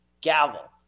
gavel